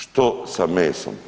Što sa mesom?